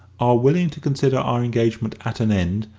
are willing to consider our engagement at an end,